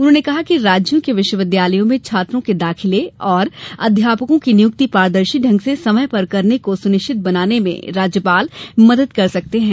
उन्होंने कहा कि राज्यों के विश्वविद्यालयों में छात्रों के दाखिले और अध्यापकों की नियुक्ति पारदर्शी ढंग से समय पर करने को सुनिश्चित बनाने में राज्यपाल मदद कर सकते हैं